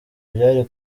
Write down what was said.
byari